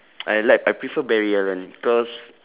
I like I prefer barry allen because